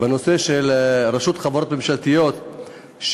בנושא רשות החברות הממשלתיות,